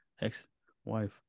ex-wife